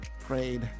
prayed